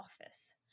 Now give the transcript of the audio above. office